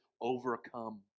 overcome